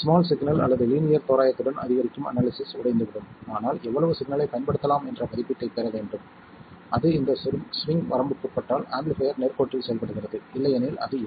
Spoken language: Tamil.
ஸ்மால் சிக்னல் அல்லது லீனியர் தோராயத்துடன் அதிகரிக்கும் அனாலிசிஸ் உடைந்துவிடும் ஆனால் எவ்வளவு சிக்னலைப் பயன்படுத்தலாம் என்ற மதிப்பீட்டைப் பெற வேண்டும் அது இந்த ஸ்விங் வரம்புக்குட்பட்டால் ஆம்பிளிஃபைர் நேர்கோட்டில் செயல்படுகிறது இல்லையெனில் அது இல்லை